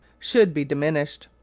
should be diminished.